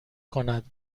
کند